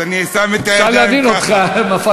אז אני שם את הידיים ככה.